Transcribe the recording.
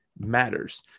matters